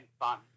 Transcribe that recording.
fun